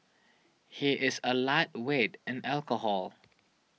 he is a lightweight in alcohol